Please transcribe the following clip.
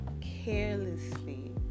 carelessly